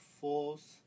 false